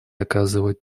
оказывать